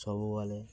ସବୁବେଳେ